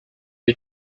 you